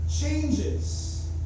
changes